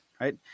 right